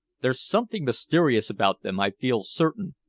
there's something mysterious about them, i feel certain.